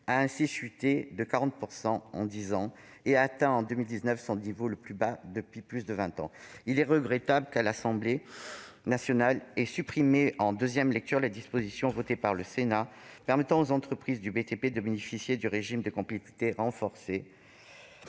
a chuté de 40 % en dix ans et a atteint, en 2019, son niveau le plus bas depuis plus de vingt ans. Il est regrettable que l'Assemblée nationale ait supprimé, en nouvelle lecture du PLFSS, la disposition votée par le Sénat permettant aux entreprises du BTP de bénéficier du régime de compétitivité renforcée